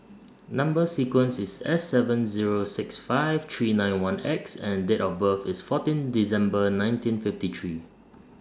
Number sequence IS S seven Zero six five three nine one X and Date of birth IS fourteen December nineteen fifty three